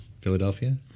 philadelphia